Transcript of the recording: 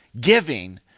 giving